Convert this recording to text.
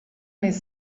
més